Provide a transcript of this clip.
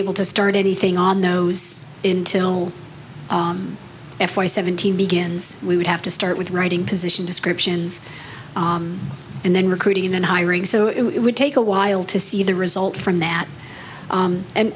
able to start anything on those in till f or seventeen begins we would have to start with writing position descriptions and then recruiting and hiring so it would take a while to see the result from that